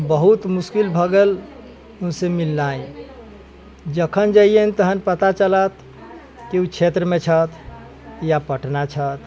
बहुत मुश्किल भऽ गेल उनसे मिलनाइ जखन जइयैन तखन पता चलत कि ओ क्षेत्रमे छथि या पटना छथि